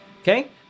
okay